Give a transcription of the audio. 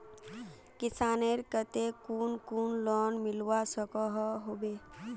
किसानेर केते कुन कुन लोन मिलवा सकोहो होबे?